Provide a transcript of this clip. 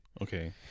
okay